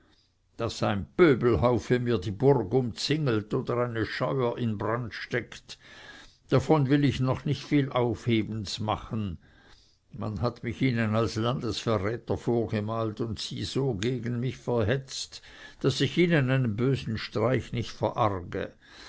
daß ein pöbelhaufe mir die burg umzingelt oder eine scheuer in brand steckt davon will ich noch nicht viel aufhebens machen man hat mich ihnen als landesverräter vorgemalt und sie so gegen mich verhetzt daß ich ihnen einen bösen streich nicht verarge